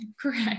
correct